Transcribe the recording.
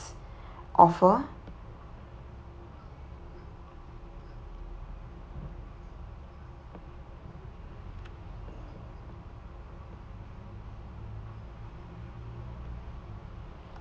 offer